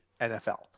NFL